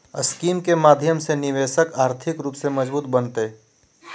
scheme के माध्यम से निवेशक आर्थिक रूप से मजबूत बनतय